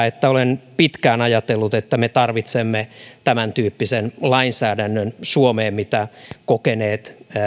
että olen pitkään ajatellut että me tarvitsemme tämäntyyppisen lainsäädännön suomeen mitä kokeneet